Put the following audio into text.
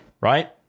right